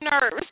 nerves